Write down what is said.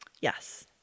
yes